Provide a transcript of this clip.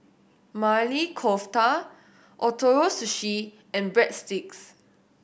Maili Kofta Ootoro Sushi and Breadsticks